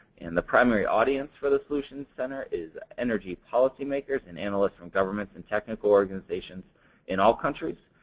and the primary audience for the solutions center is energy policy makers and analysts from governments and technical organizations in all countries,